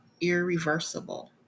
irreversible